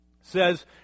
says